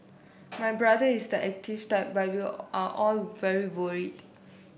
my brother is the active type but we are all very worried